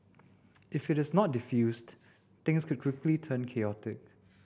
if it is not defused things could quickly turn chaotic